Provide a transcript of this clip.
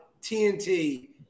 TNT